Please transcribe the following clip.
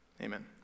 Amen